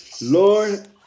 Lord